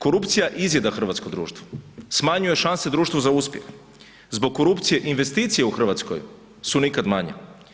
Korupcija izjeda hrvatsko društvo, smanjuje šanse društvu za uspjeh, zbog korupcije investicije u Hrvatskoj su nikad manje.